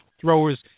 throwers